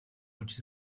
which